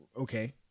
Okay